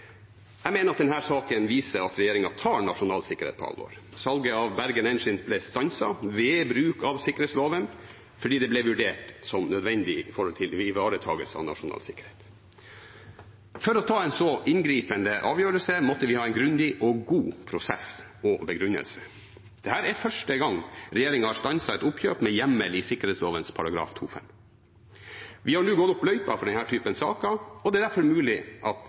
jeg avkrefte. Jeg mener at denne saken viser at regjeringen tar nasjonal sikkerhet på alvor. Salget av Bergen Engines ble stanset – ved bruk av sikkerhetsloven – fordi det ble vurdert som nødvendig for ivaretakelse av nasjonal sikkerhet. For å ta en så inngripende avgjørelse måtte vi ha en grundig og god prosess og begrunnelse. Dette er første gang regjeringen har stanset et oppkjøp med hjemmel i sikkerhetsloven § 2-5. Vi har nå gått opp løypa for denne typen saker, og det er derfor mulig at